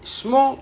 it's more